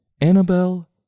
Annabelle